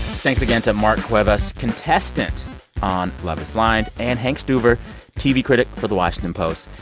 thanks again to mark cuevas, contestant on love is blind and hank stuever tv critic for the washington post.